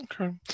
Okay